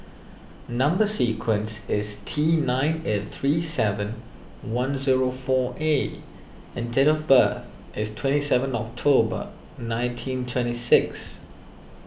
Number Sequence is T nine eight three seven one zero four A and date of birth is twenty seven October nineteen twenty six